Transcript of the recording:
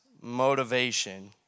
motivation